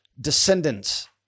descendants